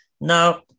Now